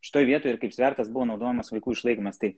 šitoj vietoj ir kaip svertas buvo naudojamas vaikų išlaikymas tai